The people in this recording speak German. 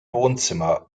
wohnzimmer